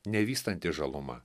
nevystanti žaluma